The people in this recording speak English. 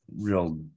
real